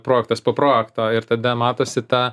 projektas po projekto ir tada matosi ta